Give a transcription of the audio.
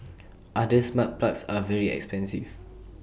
other smart plugs are very expensive